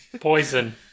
Poison